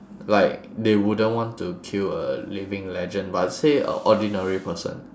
like they wouldn't want to kill a living legend but say a ordinary person